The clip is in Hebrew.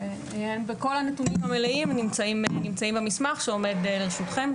כל הנתונים המלאים נמצאים במסמך שעומד לרשותכם.